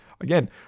again